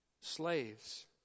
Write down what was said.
slaves